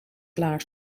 klaar